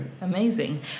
Amazing